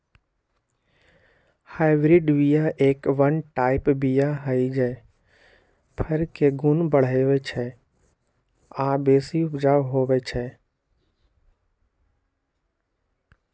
hybrid बीया F one type बीया हई जे फर के गुण बढ़बइ छइ आ बेशी उपजाउ होइ छइ